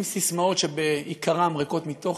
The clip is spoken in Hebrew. עם ססמאות שבעיקרן הן ריקות מתוכן,